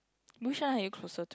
which one are you closer to